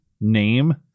name